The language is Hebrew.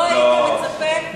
לא, לא.